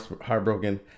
heartbroken